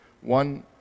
one